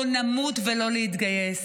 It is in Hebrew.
או: נמות ולא נתגייס.